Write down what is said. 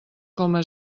coma